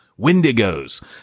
Wendigos